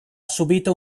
subito